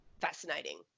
fascinating